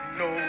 no